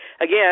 again